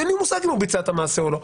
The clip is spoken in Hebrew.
אין לי מושג אם הוא ביצע את המעשה או לא,